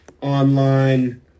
online